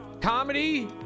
Comedy